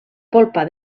polpa